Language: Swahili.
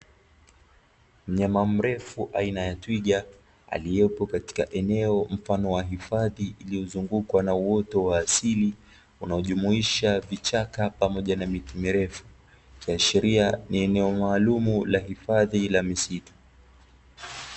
Mnyama mrefu aina ya twiga aliyopo katika eneo mfano wa hifadhi iliyozungukwa na uoto wa asili, unaojumuisha vichaka pamoja na miti mirefu. Ikiashiria ni eneo maalumu la hifadhi la misitu.